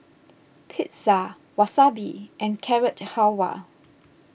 Pizza Wasabi and Carrot Halwa